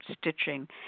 stitching